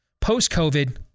Post-COVID